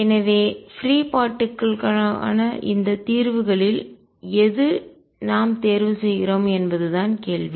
எனவே free particle துகள்கள் களுக்கான இந்த தீர்வுகளில் எது நாம் தேர்வு செய்கிறோம் என்பதுதான் கேள்வி